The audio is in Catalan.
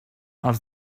els